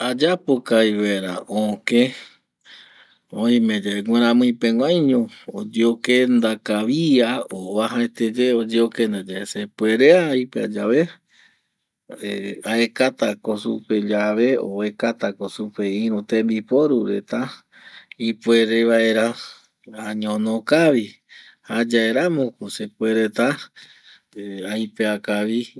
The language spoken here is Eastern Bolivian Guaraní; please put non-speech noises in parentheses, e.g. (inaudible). Ayapo kavi vaera oke oime yave mɨramɨi peguaiño oyeokenda kavia o vuajaete ye oyeokenda yae sepuerea aipea yave (hesitation) aekata ko supe llave o oekata ko supe iru tembiporu reta ipuere vaera añono kavi jayae ramo ko sepuereta (hesitation) aipea kavi